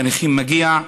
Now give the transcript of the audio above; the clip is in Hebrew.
לנכים מגיע,